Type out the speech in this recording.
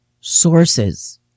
sources